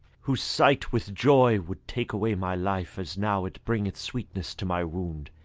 whose sight with joy would take away my life as now it bringeth sweetness to my wound,